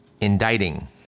indicting